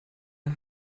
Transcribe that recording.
der